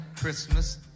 Christmas